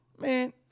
man